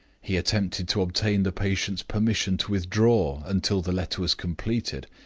he attempted to obtain the patient's permission to withdraw until the letter was completed.